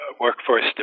workforce